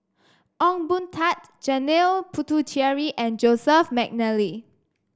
Ong Boon Tat Janil Puthucheary and Joseph McNally